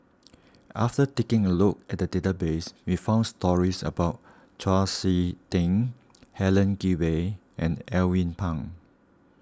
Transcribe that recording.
after taking a look at the database we found stories about Chau Sik Ting Helen Gilbey and Alvin Pang